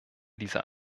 dieser